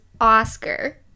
Oscar